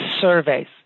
surveys